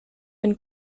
been